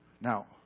Now